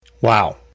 Wow